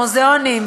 למוזיאונים,